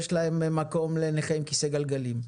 יש להם מקום לנכה עם כיסא גלגלים.